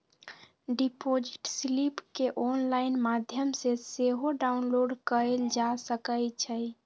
deposit slip केंऑनलाइन माध्यम से सेहो डाउनलोड कएल जा सकइ छइ